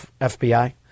FBI